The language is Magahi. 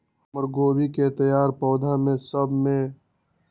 हमर गोभी के तैयार पौधा सब में फतंगा पकड़ लेई थई एकरा से हम कईसे बच सकली है?